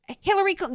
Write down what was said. Hillary